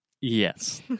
Yes